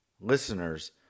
listeners